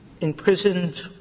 imprisoned